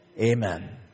Amen